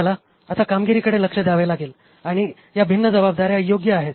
आम्हाला आता कामगिरीकडे लक्ष द्यावे लागेल आणि या भिन्न जबाबदाऱ्या योग्य आहेत